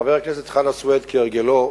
חבר הכנסת חנא סוייד, כהרגלו,